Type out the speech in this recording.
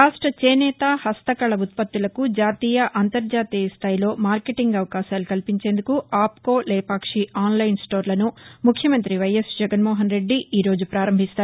రాష్ట చేనేత హస్తకళ ఉత్పత్తులకు జాతీయ అంతర్జాతీయ స్థాయిలో మార్కెటింగ్ అవకాశాలు ను కల్పించేందుకు ఆప్కో లేపాక్షి ఆన్లైన్ స్టోర్లను ముఖ్యమంతి వైఎస్ జగన్మోహన్రెడ్డి ఈరోజు ప్రపారంభిస్తున్నారు